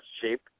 shape